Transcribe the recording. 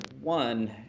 one